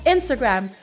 Instagram